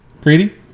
Greedy